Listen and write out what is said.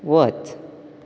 वच